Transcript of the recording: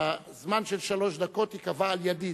הזמן של שלוש דקות ייקבע על-ידי.